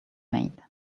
made